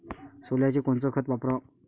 सोल्याले कोनचं खत वापराव?